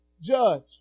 judge